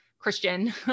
Christian